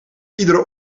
iedere